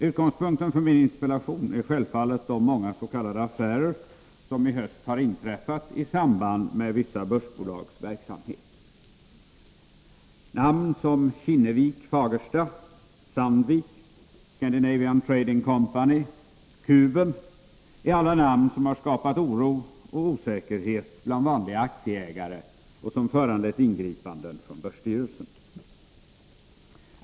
Utgångspunkten för min interpellation är självfallet de många s.k. affärer som i höst har inträffat i samband med vissa börsbolags verksamhet. Kinnevik-Fagersta, Sandvik, Scandinavian Trading Company AB, Kuben är alla namn som har skapat oro och osäkerhet bland vanliga aktieägare och som föranlett ingripanden från börsstyrelsen.